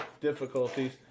difficulties